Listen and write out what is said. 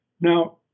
now